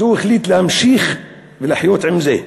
אז הוא החליט להמשיך ולחיות עם זה".